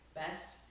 best